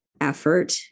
effort